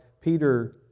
Peter